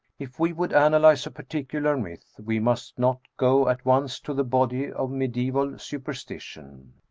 if we would analyse a particular myth, we must not go at once to the body of mediabval superstition,